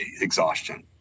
exhaustion